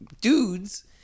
dudes